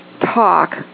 talk